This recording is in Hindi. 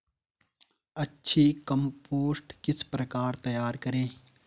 अच्छी कम्पोस्ट किस प्रकार तैयार करें?